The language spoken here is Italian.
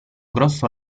grosso